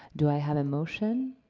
do i have a motion?